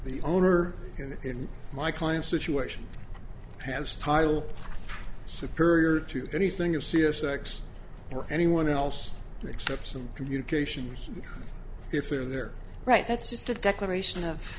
the owner and in my client's situation has tile superior to anything of c s x or anyone else except some communications if they're there right that's just a declaration